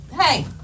Hey